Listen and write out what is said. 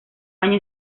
año